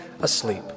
asleep